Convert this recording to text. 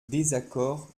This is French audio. désaccord